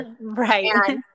Right